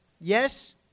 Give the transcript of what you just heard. Yes